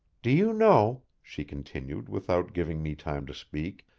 do you know, she continued without giving me time to speak,